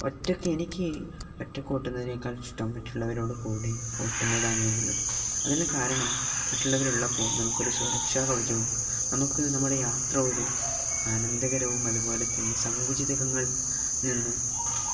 ഒറ്റയ്ക്ക് എനിക്ക് ഒറ്റയ്ക്കോട്ടുന്നതിനേക്കാള് ഇഷ്ടം മറ്റുള്ളവരോടു കൂടി ഓട്ടുന്നതാണ് എന്നുള്ളത് അതിനു കാരണം മറ്റുള്ളവരുള്ളപ്പോള് നമുക്കൊരു സുരക്ഷാ കവചവും നമുക്കു നമ്മുടെ യാത്ര ഒരു ആനന്ദകരവും അതുപോലെ തന്നെ സങ്കുചിതങ്ങൾ നിന്ന്